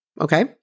okay